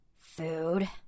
Food